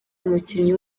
umukinnyi